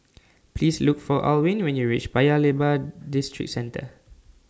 Please Look For Alwine when YOU REACH Paya Lebar Districentre